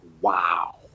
wow